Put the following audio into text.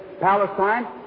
Palestine